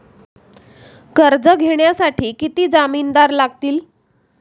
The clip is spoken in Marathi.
कर्ज घेण्यासाठी किती जामिनदार लागतील?